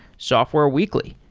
software weekly.